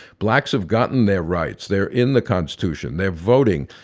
blacks have gotten their rights, they're in the constitution, they're voting.